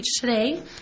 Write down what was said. today